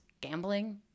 gambling